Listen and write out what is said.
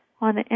on